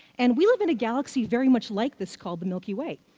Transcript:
and we live in a galaxy very much like this, called the milky way.